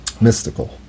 mystical